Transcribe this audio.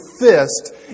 fist